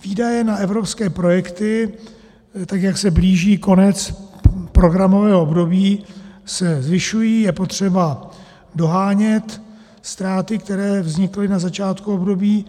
Výdaje na evropské projekty, jak se blíží konec programového období, se zvyšují, je potřeba dohánět ztráty, které vznikly na začátku období.